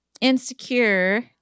insecure